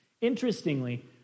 Interestingly